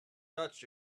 touched